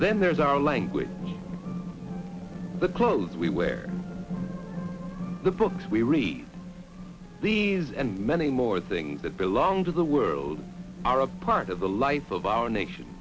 then there's our language the clothes we wear the books we read these and many more things that belong to the world are a part of the life of our nation